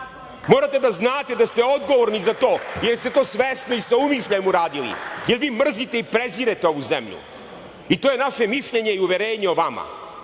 Morate da znate da ste odgovorni za to, jer ste to svesno i sa umišljajem uradili, jer vi mrzite i prezirete ovu zemlju i to je naše mišljenje i uverenje o vama.